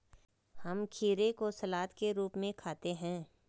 हम खीरे को सलाद के रूप में खाते हैं